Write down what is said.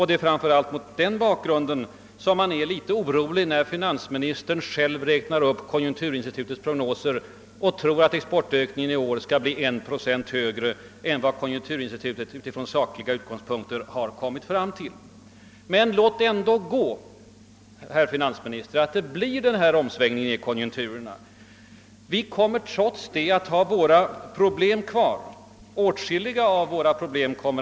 Det är framför allt mot den bakgrunden som man är orolig när finansministern återger konjunkturinstitutets prognoser och tror att exportökningen i år skall bli 1 procent högre än vad konjunkturinstitutet från sakliga utgångspunkter har kommit fram till. Men låt gå för att det, herr finansminister, blir den väntade omsvängningen i konjunkturerna; vi kommer trots det att ha kvar åtskilliga av våra problem.